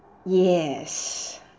yes